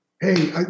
hey